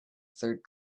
third